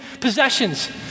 possessions